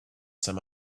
some